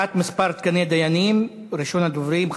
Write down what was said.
קביעת מספר תקני דיינים, הצעות לסדר-היום מס'